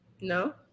No